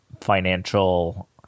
financial